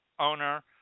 owner